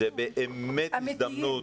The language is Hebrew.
זאת באמת הזדמנות,